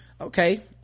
okay